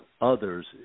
others